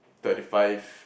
thirty five